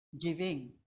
giving